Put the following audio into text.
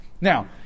now